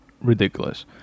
ridiculous